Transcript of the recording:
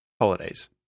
holidays